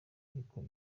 iriko